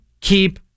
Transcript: keep